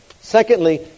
secondly